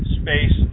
space